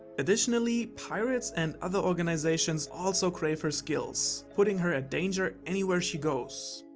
additionally, pirates and other organizations also crave her skills, putting her at danger anywhere she goes.